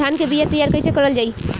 धान के बीया तैयार कैसे करल जाई?